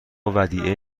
ودیعه